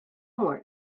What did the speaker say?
more